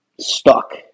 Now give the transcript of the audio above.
Stuck